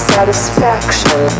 Satisfaction